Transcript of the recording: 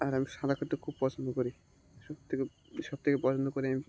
আর আমি সাঁতার কাটতে খুব পছন্দ করি সবথেকে সবথেকে পছন্দ করি আমি